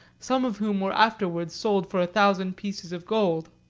some of whom were afterward sold for a thousand pieces of gold.